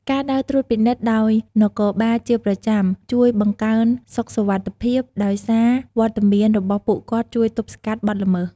ការដើរត្រួតពិនិត្យដោយនគរបាលជាប្រចាំ ជួយបង្កើនសុខសុវត្ថិភាពដោយសារវត្តមានរបស់ពួកគាត់ជួយទប់ស្កាត់បទល្មើស។